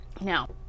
Now